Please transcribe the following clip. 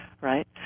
right